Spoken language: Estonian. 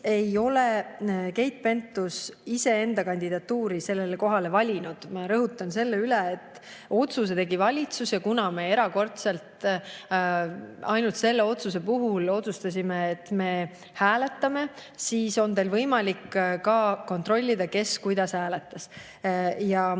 ei ole Keit Pentus iseenda kandidatuuri sellele kohale valinud. Ma rõhutan selle üle, et otsuse tegi valitsus. Kuna me erakordselt, ainult selle otsuse puhul otsustasime, et me hääletame, siis on teil võimalik ka kontrollida, kes kuidas hääletas, ja